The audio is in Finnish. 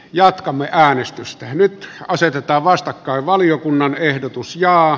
jatkamme äänestysten nyt asetetaan vastakkain valiokunnan ehdotus ja